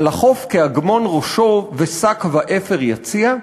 הֲלָכֹף כְּאַגְמֹן ראשו ושק ואפר יציע,